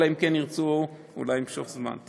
אלא אם כן ירצו אולי למשוך זמן.